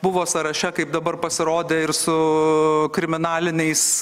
buvo sąraše kaip dabar pasirodė ir su kriminaliniais